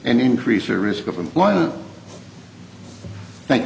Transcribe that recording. and increase their risk of employment thank